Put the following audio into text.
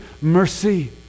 mercy